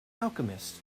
alchemist